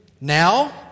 now